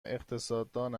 اقتصاددان